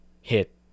hit